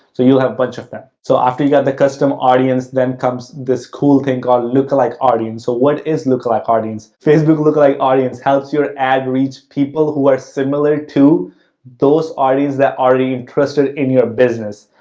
so, you have bunch of them. so, after you got the custom audience, then comes this cool thing called lookalike audience. so, what is lookalike audience? facebook lookalike audience house your ad reach people who are similar to those audience that already interested in your business.